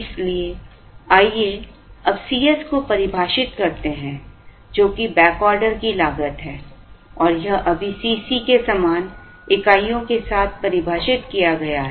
इसलिए आइए अब C s को परिभाषित करते हैं जो कि बैक ऑर्डर की लागत है और यह अभी C c के समान इकाइयों के साथ परिभाषित किया गया है